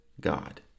God